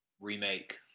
remake